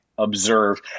observe